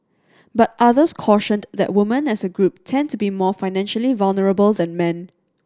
but others cautioned that woman as a group tend to be more financially vulnerable than men